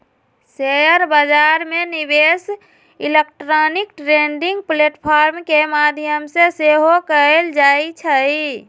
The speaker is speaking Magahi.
शेयर बजार में निवेश इलेक्ट्रॉनिक ट्रेडिंग प्लेटफॉर्म के माध्यम से सेहो कएल जाइ छइ